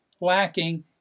lacking